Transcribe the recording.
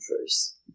first